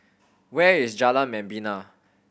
where is Jalan Membina